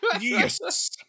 Yes